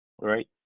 Right